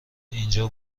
اینجا